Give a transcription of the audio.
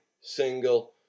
single